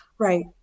Right